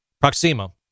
Proxima